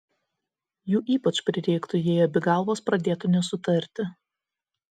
jų ypač prireiktų jei abi galvos pradėtų nesutarti